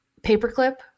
paperclip